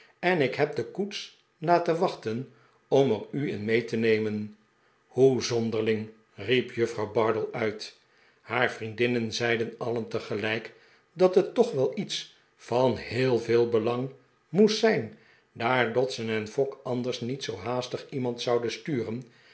en fogg allebei ik heb de koets laten wachten om er u in mee te nemen hoe zonderling riep juffrouw bardell uit haar vriendinnen zeiden alien tegelijk dat het toch wel iets van heel veel belang moest zijn daar dodson en fogg anders niet zoo haastig iemand zouden sturen